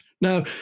Now